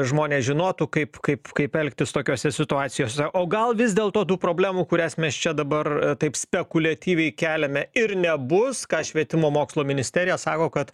žmonės žinotų kaip kaip kaip elgtis tokiose situacijose o gal vis dėlto tų problemų kurias mes čia dabar taip spekuliatyviai keliame ir nebus ką švietimo mokslo ministerija sako kad